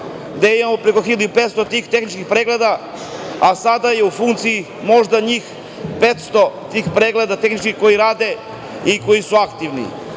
gde imamo preko 1.500 tih tehničkih pregleda, a sada je u funkciji možda 500 tih tehničkih pregleda koji rade i koji su aktivni.